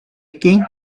king